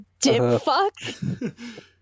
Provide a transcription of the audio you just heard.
Dipfuck